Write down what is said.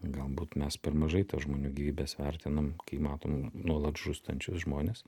galbūt mes per mažai tas žmonių gyvybes vertinam kai matom nuolat žūstančius žmones